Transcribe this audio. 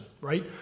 right